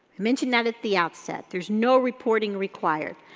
i mention that at the outset, there's no reporting required.